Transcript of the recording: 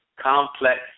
complex